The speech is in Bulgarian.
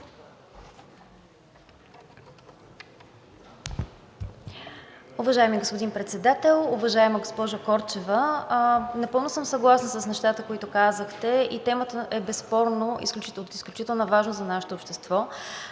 Уважаеми господин Председател, уважаема госпожо Корчева! Напълно съм съгласна с нещата, които казахте, и темата безспорно е от изключителна важност за нашето общество,